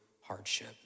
hardship